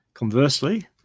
Conversely